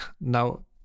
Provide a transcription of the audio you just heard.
now